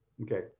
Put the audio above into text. Okay